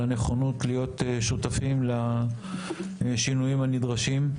הנכונות להיות שותפים לשינויים הנדרשים.